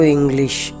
English